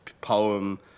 poem